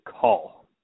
call